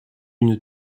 une